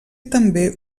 també